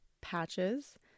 patches